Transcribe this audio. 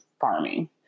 farming